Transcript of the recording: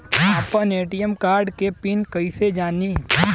आपन ATM card के PIN कईसे जानी?